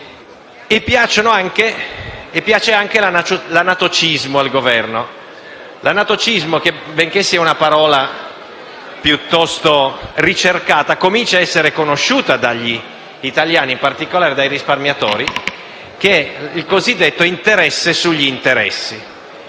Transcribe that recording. piace anche l'anatocismo (che, benché sia una parola piuttosto ricercata, comincia a essere conosciuta dagli italiani, in particolare dai risparmiatori) che è il cosiddetto interesse sugli interessi.